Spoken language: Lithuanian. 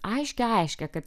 aiškią aiškią kad